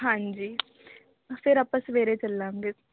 ਹਾਂਜੀ ਫਿਰ ਆਪਾਂ ਸਵੇਰੇ ਚੱਲਾਂਗੇ